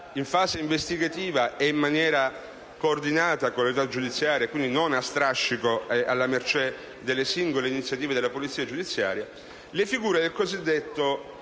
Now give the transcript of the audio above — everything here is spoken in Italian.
in fase di investigativa ed in maniera coordinata con l'autorità giudiziaria, e quindi non a strascico e alla mercé delle singole iniziative della polizia giudiziaria, le figure, già